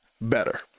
better